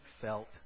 felt